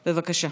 בבקשה.